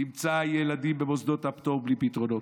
תמצא ילדים במוסדות הפטור בלי פתרונות,